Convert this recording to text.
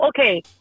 okay